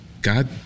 god